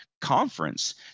conference